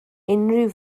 unrhyw